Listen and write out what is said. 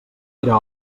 era